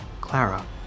Clara